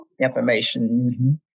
information